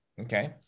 Okay